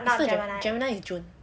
it's not gemini gemini is june